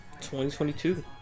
2022